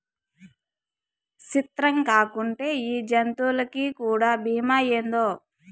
సిత్రంగాకుంటే ఈ జంతులకీ కూడా బీమా ఏందో